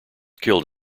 killed